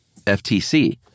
FTC